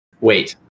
Wait